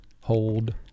Hold